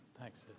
Thanks